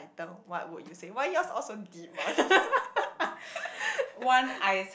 later what would you save why yours all so deep one